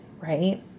right